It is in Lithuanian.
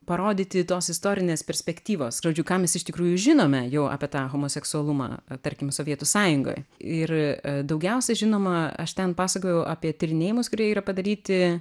parodyti tos istorinės perspektyvos žodžiu ką mes iš tikrųjų žinome jau apie tą homoseksualumą tarkim sovietų sąjungoj ir daugiausia žinoma aš ten pasakojau apie tyrinėjimus kurie yra padaryti